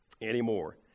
anymore